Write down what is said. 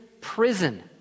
prison